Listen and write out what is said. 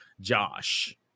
Josh